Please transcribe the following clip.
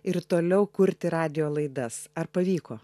ir toliau kurti radijo laidas ar pavyko